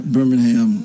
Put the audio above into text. Birmingham